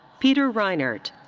peter reinert.